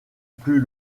plus